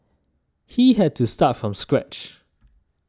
he had to start from scratch